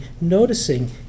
noticing